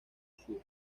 sur